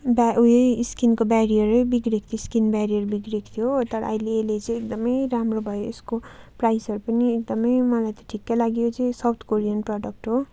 दादा उयो स्किनको ब्यारियर बिग्रेको थियो स्किन ब्यारियर बिग्रेको थियो तर अहिले अहिले चाहिँ एकदम राम्रो भयो यसको प्राइसहरू पनि एकदम मलाई त ठिकै लाग्यो यो चाहिँ साउथ कोरियन प्रडक्ट हो